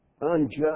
unjust